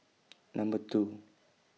Number two